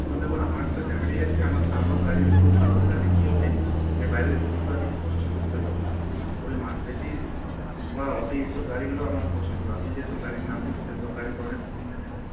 কারণ দেখুন আমার তো ফ্যামিলি যাচ্ছে আমার সানরুফ গাড়ি হলে খুব ভালো হয় তাহলে কী হবে যে বাইরের ভিউটা আমি স্পষ্ট বুঝতে পারব ওই মার্সিডিস বা অডি এই সব গাড়িগুলো আমার পছন্দ আপনি যেসব গাড়ির নাম বলছেন সেসব গাড়ি তো অনেক পুরোনো দিনের গাড়ি